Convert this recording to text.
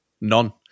none